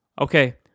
Okay